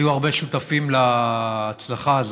היו הרבה שותפים להצלחה הזאת,